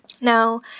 now